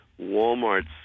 Walmart's